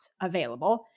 available